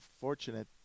fortunate